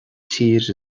tír